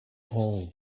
all